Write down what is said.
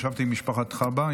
ישבתי עם משפחת חבה,